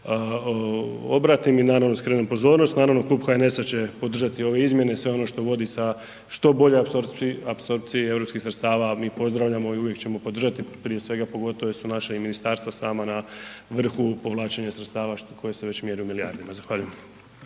obratim i naravno skrenem pozornost. Naravno klub HNS-a će podržati ove izmjene, sve ono što vodi što boljoj apsorpciji europskih sredstava, a mi pozdravljamo i uvijek ćemo podržati prije svega pogotovo jer su i naša ministarstva sama na vrhu povlačenja sredstava koje se već mjeri u milijardama. Zahvaljujem.